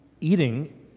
eating